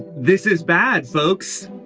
this is bad folks